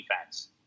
defense